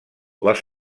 les